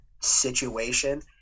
situation